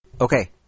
Okay